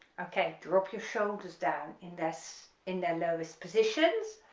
okay drop your shoulders down in this in their lowest positions